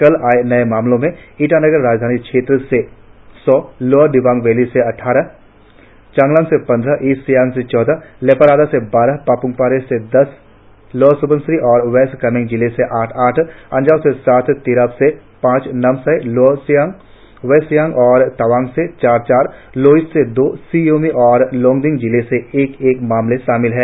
कल आए नए मामलों ईटानगर राजधानी क्षेत्र से सौ लोअर दिबांग वैली से अद्वारह चांगलांग से पंद्रह ईस्ट सियांग से चौदह लेपारादा से बारह पाप्मपारे से दस लोअर सुबनसिरी और वेस्ट कामेंग़ जिले से आठ आठ अंजाव से सात तिराप से पांच नामसाई लोअर सियांग वेस्ट सियांग और तवांग जिले से चार चार लोहित से दो शी योमी और लोंगडिंग जिले से एक एक मामले शामिल है